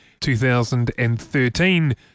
2013